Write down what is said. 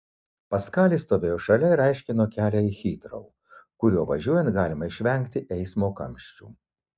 paskalis stovėjo šalia ir aiškino kelią į hitrou kuriuo važiuojant galima išvengti eismo kamščių